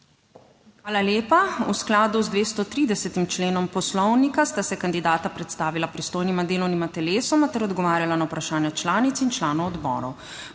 Hvala lepa. V skladu z 230. členom Poslovnika sta se kandidata predstavila pristojnima delovnima telesoma ter odgovarjala na vprašanja članic in članov odborov.